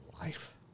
life